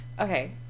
Okay